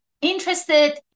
interested